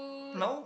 no